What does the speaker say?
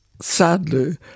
sadly